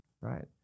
right